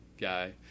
guy